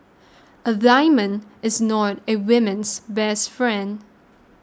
a diamond is not a women's best friend